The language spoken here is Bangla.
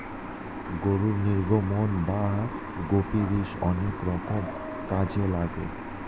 গরুর নির্গমন বা গোপুরীষ অনেক রকম কাজে লাগে